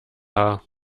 haar